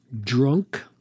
drunk